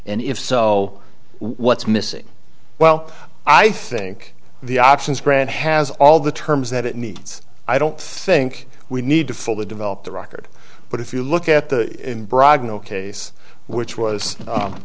and if so what's missing well i think the options grant has all the terms that it needs i don't think we need to fully develop the record but if you look at the in braga no case which was